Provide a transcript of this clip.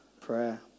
prayer